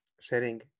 sharing